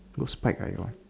got spike ah got